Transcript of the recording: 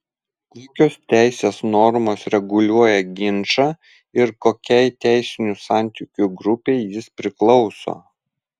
kokios teisės normos reguliuoja ginčą ir kokiai teisinių santykių grupei jis priklauso